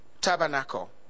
tabernacle